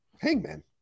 Hangman